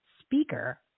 speaker